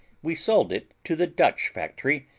we sold it to the dutch factory,